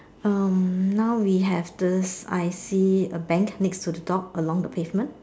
um now we have this I_C a bank next to the dock along the pavement